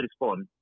respond